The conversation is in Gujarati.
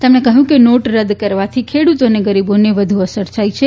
તેમણે કહ્યું કે નોટ રદ કરવાથી ખેડૂતો અને ગરીબોને વધુ અસર થઇ છે